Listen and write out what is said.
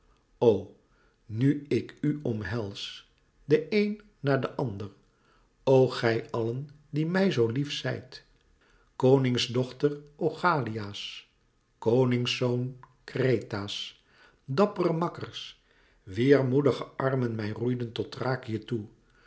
nu ik u omhels den een na den ander o gij allen die mij zoo lief zijt koningsdochter oichalia's koningszoon kreta's dappere makkers wier moedige armen mij roeiden tot thrakië toe